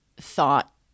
thought